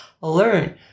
learn